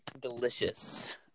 delicious